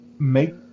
Make